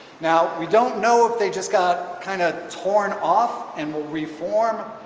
now we don't know if they just got kind of torn off and will reform?